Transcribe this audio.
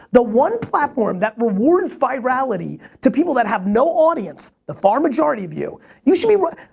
the one platform that rewards virality to people that have no audience, the far majority of you, you should be what?